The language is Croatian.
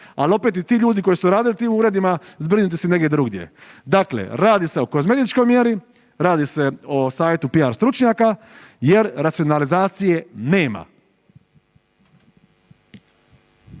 ali opet, i ti ljudi koji su radili u tim uredima, zbrinuti su negdje drugdje. Dakle, radi se o kozmetičkoj mjeri, radi o savjetu PR stručnjaka jer racionalizacije nema.